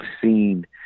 seen